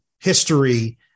history